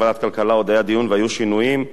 התשע"ב 2012,